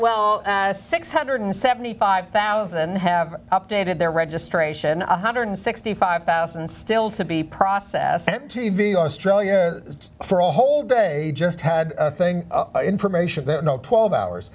well six hundred and seventy five thousand have updated their registration one hundred and sixty five thousand still to be process m t v australia for a whole day just had a thing information that no twelve hours